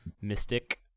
mystic